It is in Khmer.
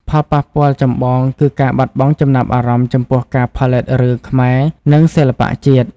ផលប៉ះពាល់ចម្បងគឺការបាត់បង់ចំណាប់អារម្មណ៍ចំពោះការផលិតរឿងខ្មែរនិងសិល្បៈជាតិ។